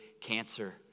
cancer